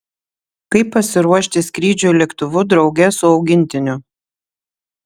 kaip pasiruošti skrydžiui lėktuvu drauge su augintiniu